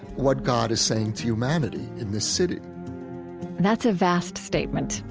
what god is saying to humanity in this city that's a vast statement.